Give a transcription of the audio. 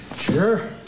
Sure